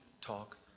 talk